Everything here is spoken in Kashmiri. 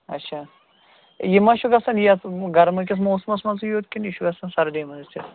اچھا یہِ ما چھُ گژھان یَتھ گَرمہٕ کس موسمَس منٛزٕے یوت کِنہٕ یہِ چھُ گژھان سردی منٛز تہِ